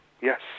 yes